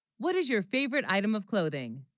what is your favorite item of clothing?